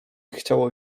chciało